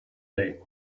day